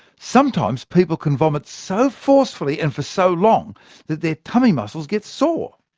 sometimes, people can vomit so forcefully and for so long that their tummy muscles get sore.